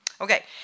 Okay